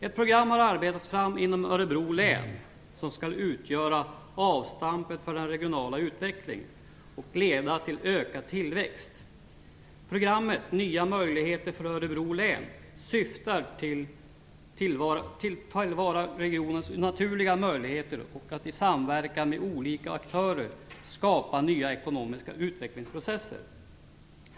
Ett program har arbetats fram inom Örebro län som skall utgöra avstampet för den regionala utvecklingen och leda till ökad tillväxt. Programmet, Nya möjligheter för Örebro län, syftar till att ta till vara regionens naturliga möjligheter. Man vill i samverkan med olika aktörer skapa nya ekonomiska utvecklingsprocesser.